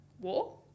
war